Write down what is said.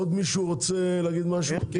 עוד מישהו רוצה להגיד משהו?